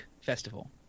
Festival